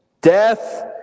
Death